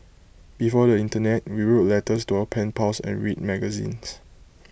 before the Internet we wrote letters to our pen pals and read magazines